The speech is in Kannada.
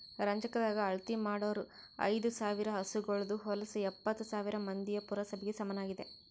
ರಂಜಕದಾಗ್ ಅಳತಿ ಮಾಡೂರ್ ಐದ ಸಾವಿರ್ ಹಸುಗೋಳದು ಹೊಲಸು ಎಪ್ಪತ್ತು ಸಾವಿರ್ ಮಂದಿಯ ಪುರಸಭೆಗ ಸಮನಾಗಿದೆ